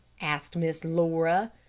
asked miss laura.